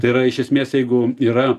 tai yra iš esmės jeigu yra